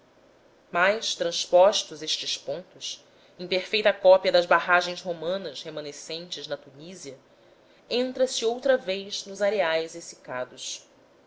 mas transpostos estes pontos imperfeita cópia das barragens romanas remanescentes na tunísia entra-se outra vez nos areais